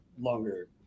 longer